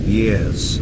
years